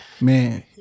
Man